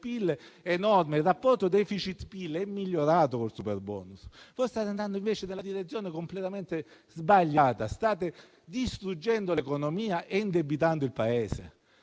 PIL; il rapporto tra deficit e PIL è migliorato col superbonus. State andando invece in una direzione completamente sbagliata, state distruggendo l'economia e indebitando il Paese.